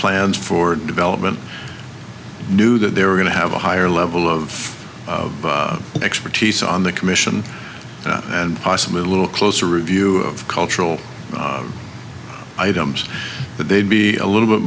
plans for development knew that they were going to have a higher level of expertise on the commission and possibly a little closer review of cultural items that they'd be a little bit